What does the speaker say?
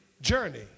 journey